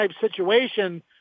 situation